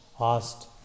asked